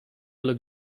look